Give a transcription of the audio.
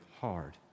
hard